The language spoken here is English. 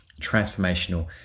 transformational